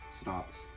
stops